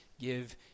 Give